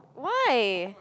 why